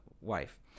wife